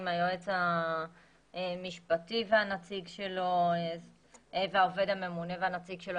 עם היועץ המשפטי והנציג שלו והעובד הממונה והנציג שלו,